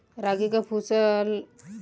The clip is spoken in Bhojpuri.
रागी क सूखा प्रतिरोधी किस्म कौन ह?